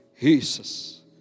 Jesus